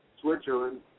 Switzerland